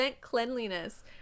cleanliness